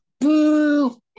boo